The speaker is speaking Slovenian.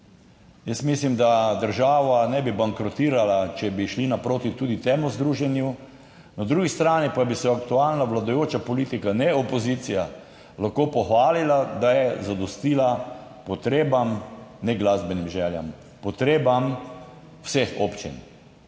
Jaz mislim, da država ne bi bankrotirala, če bi šli naproti tudi temu združenju. Na drugi strani pa bi se aktualna vladajoča politika, ne opozicija, lahko pohvalila, da je zadostila potrebam, ne glasbenim željam, potrebam vseh občin.